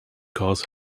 cars